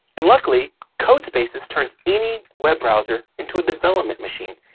and luckily, codespaces turns any web browser into a development machine,